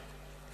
חבר